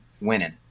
winning